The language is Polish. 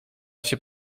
się